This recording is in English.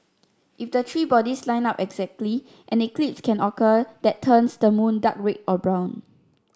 if the three bodies line up exactly an eclipse can occur that turns the moon dark red or brown